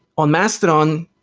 on mastodon,